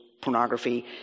pornography